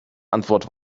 antwort